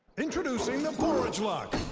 introducing the porridge lock.